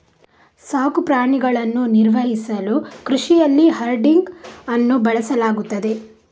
ಸಾಕು ಪ್ರಾಣಿಗಳನ್ನು ನಿರ್ವಹಿಸಲು ಕೃಷಿಯಲ್ಲಿ ಹರ್ಡಿಂಗ್ ಅನ್ನು ಬಳಸಲಾಗುತ್ತದೆ